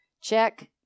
Check